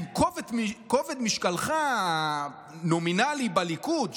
עם כובד משקלך הנומינלי בליכוד,